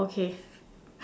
okay